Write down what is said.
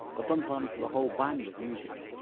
or sometimes with a whole band of music.